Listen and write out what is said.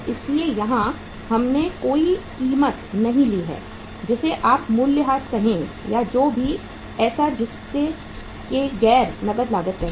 इसलिए यहां हमने कोई कीमत नहीं ली है जिसे आप मूल्यह्रास कहें या कुछ भी ऐसा जिससे के गैर नकद लागत कहें